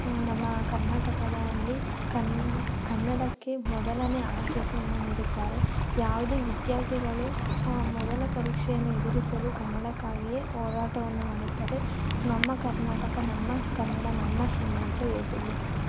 ನಮ್ಮ ಕರ್ನಾಟಕದಲ್ಲಿ ಕನ್ನ ಕನ್ನಡಕ್ಕೆ ಮೊದಲನೇ ಆದ್ಯತೆಯನ್ನು ನೀಡುತ್ತಾರೆ ಯಾವುದೇ ವಿದ್ಯಾರ್ಥಿಗಳು ಮೊದಲ ಪರೀಕ್ಷೆಯನ್ನು ಎದುರಿಸಲು ಕನ್ನಡಕ್ಕಾಗಿಯೇ ಹೋರಾಟವನ್ನು ಮಾಡುತ್ತದೆ ನಮ್ಮ ಕರ್ನಾಟಕ ನಮ್ಮ ಕನ್ನಡ ನಮ್ಮ ಹೆಮ್ಮೆ ಅಂತ ಹೇಳ್ಬೋದು